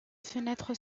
fenêtre